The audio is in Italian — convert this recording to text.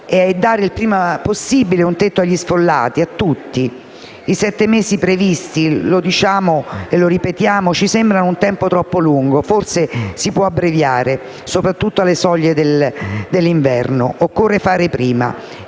è dare il prima possibile un tetto agli sfollati. I sette mesi previsti - lo abbiamo detto e lo ripetiamo - ci sembrano un tempo troppo lungo; forse si può abbreviare, soprattutto alle soglie dell'inverno. Occorre fare presto